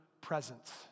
presence